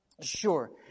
Sure